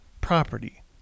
property